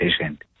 patient